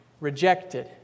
rejected